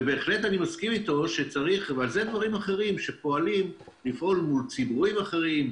אני בהחלט מסכים איתו שצריך לפעול מול ציבורים אחרים,